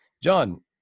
John